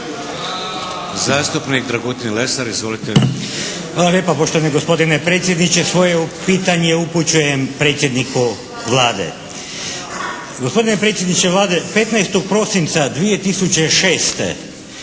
Zastupnik Dragutin Lesar. Izvolite. **Lesar, Dragutin (HNS)** Hvala lijepa poštovani gospodine predsjedniče. Svoje pitanje upućujem predsjedniku Vlade. Gospodine predsjedniče Vlade 15. prosinca 2006.